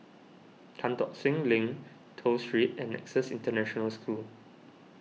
Tan Tock Seng Link Toh Street and Nexus International School